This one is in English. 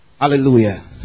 Hallelujah